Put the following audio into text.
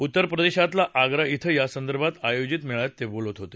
उत्तरप्रदेशातल्या आग्रा श्वे यासंदर्भात आयोजित मेळाव्यात ते बोलत होते